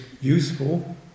useful